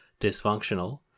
dysfunctional